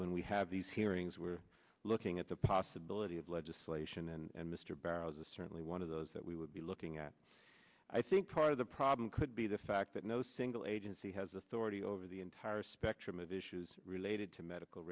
when we have these hearings we're looking at the possibility of legislation and mr barrels a certainly one of those that we would be looking at i think part of the problem could be the fact that no single agency has authority over the entire spectrum of issues related to medical